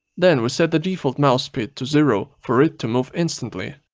then we set the defaul mouse speed to zero for it to move instantly.